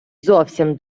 зовсім